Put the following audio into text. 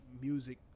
music